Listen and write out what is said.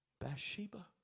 Bathsheba